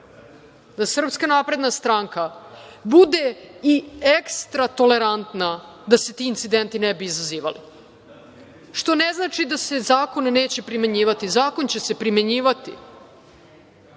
Srbije, da SNS budu i ekstra tolerantna da se ti incidenti ne bi izazivali, što ne znači da se zakon neće primenjivati. Zakon će se primenjivati,